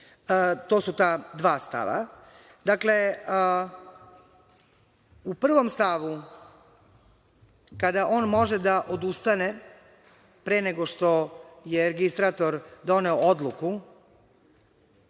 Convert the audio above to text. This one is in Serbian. To su ta dva stava. Dakle, u prvom stavu, kada on može da odustane pre nego što je registrator doneo odluku,